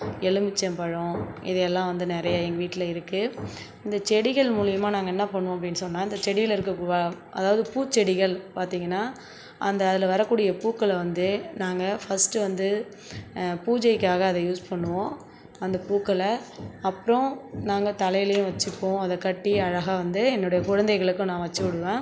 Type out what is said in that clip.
எலும்மிச்சம் பழம் இது எல்லா வந்து நிறைய எங்கள் வீட்டில் இருக்கு இந்த செடிகள் மூலியமாக நாங்கள் என்ன பண்ணுவோம் அப்டின்னு சொன்னால் இந்த செடியில் இருக்க பூவா அதாவது பூச்செடிகள் பார்த்திங்கனா அந்த அதில் வரக்கூடிய பூக்களை வந்து நாங்கள் ஃபர்ஸ்ட் வந்து பூஜைக்காக அத யூஸ் பண்ணுவோம் அந்த பூக்களை அப்றம் நாங்கள் தலைலேயும் வைச்சிப்போம் அதை கட்டி அழகாக வந்து என்னுடய குழந்தைகளுக்கும் நான் வச்சு விடுவன்